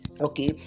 Okay